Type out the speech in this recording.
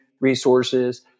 resources